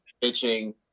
pitching